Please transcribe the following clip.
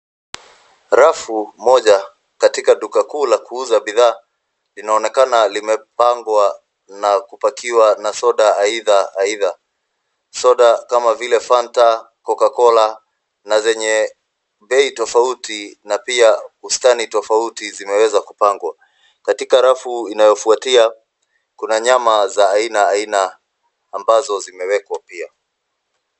Rafu moja katika duka kuu la kuuza bidhaa linaonekana limepangwa na kupakiwa na soda aina aina. Soda kama vile fanta, cocacola na zenye bei tofauti na pia bustani tofauti zimeweza kupangwa. Katika rafu inayofuatia kuna nyama za aina aina ambazo zimewekwa pia.